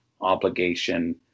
obligation